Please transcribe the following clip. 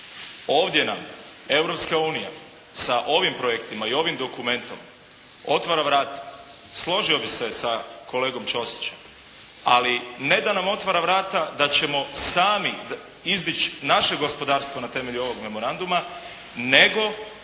unija sa ovim projektima i ovim dokumentom otvara vrata. Složio bih se sa kolegom Ćosićem ali ne da nam otvara vrata da ćemo sami izbjeći naše gospodarstvo na temelju ovog memoranduma nego